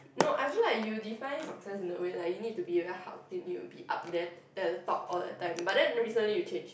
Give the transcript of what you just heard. no I feel like you define success in the way like you need to be very hard working you will be up there at the top all the time but then recently you change